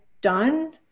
done